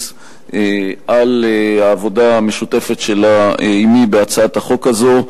על העבודה המשותפת שלה עמי בהצעת החוק הזאת,